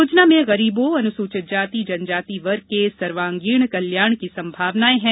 योजना में गरीबों अनुसूचित जाति जनजाति वर्ग के सर्वांगीण कल्याण की संभावनाएं है